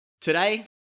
Today